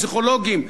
פסיכולוגים.